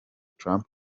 trump